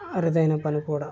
అరుదైన పని కూడా